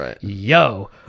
yo